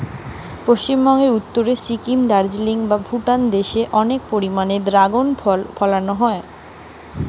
পশ্চিমবঙ্গের উত্তরে সিকিম, দার্জিলিং বা ভুটান দেশে অনেক পরিমাণে দ্রাগন ফল ফলানা হয়